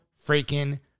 freaking